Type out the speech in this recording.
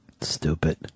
Stupid